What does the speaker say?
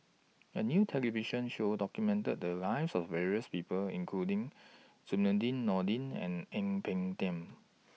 A New television Show documented The Lives of various People including Zainudin Nordin and Ang Peng Tiam